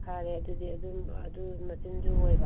ꯐꯔꯦ ꯑꯗꯨꯗꯤ ꯑꯗꯨꯝ ꯑꯗꯨ ꯃꯆꯤꯟꯁꯨ ꯑꯣꯏꯕ